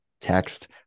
text